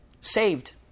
saved